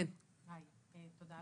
התאחדות